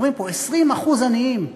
אומרים פה: 20% עניים.